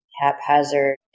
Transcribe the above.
haphazard